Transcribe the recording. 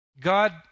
God